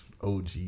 OG